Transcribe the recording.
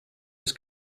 was